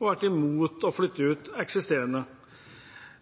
har vært imot å flytte ut eksisterende statlige arbeidsplasser.